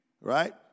right